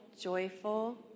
joyful